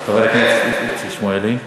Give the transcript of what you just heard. חבר הכנסת איציק שמואלי.